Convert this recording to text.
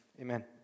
Amen